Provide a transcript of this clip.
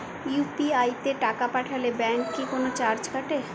UPI তে টাকা পাঠালে ব্যাংক কি কোনো চার্জ কাটে?